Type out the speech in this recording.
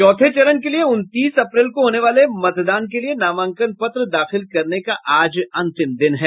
चौथे चरण के लिए उनतीस अप्रैल को होने वाले मतदान के लिए नामांकन पत्र दाखिल करने का आज अंतिम दिन है